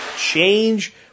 change